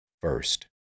first